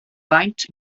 faint